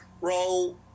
roll